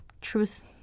truth